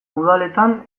udaletan